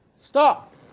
Stop